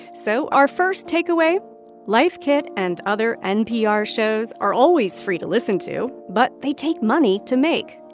so our first takeaway life kit and other npr shows are always free to listen to, but they take money to make.